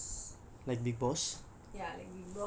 no lah I like reality T_V shows